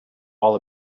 all